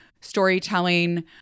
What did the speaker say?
storytelling